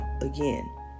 again